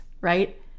right